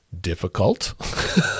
Difficult